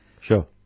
Sure